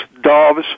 doves